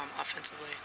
offensively